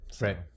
Right